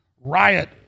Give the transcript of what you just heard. riot